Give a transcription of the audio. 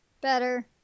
Better